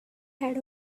had